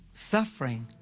suffering,